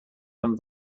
from